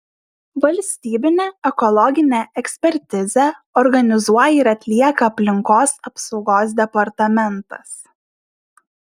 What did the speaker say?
valstybinę ekologinę ekspertizę organizuoja ir atlieka aplinkos apsaugos departamentas